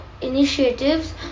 initiatives